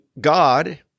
God